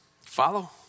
Follow